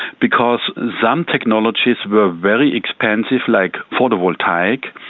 because some technologies were very expensive, like photovoltaic,